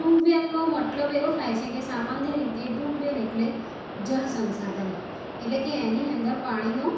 ટ્યુબવેલનો મતલબ એવો થાય છે કે સામાન્ય રીતે ટ્યુબવેલ એટલે જળ સંસાધન એટલે કે એની અંદર પાણીનો